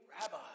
rabbi